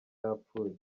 yapfuye